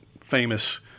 famous